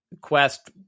quest